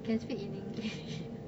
can speak in english